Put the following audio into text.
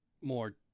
more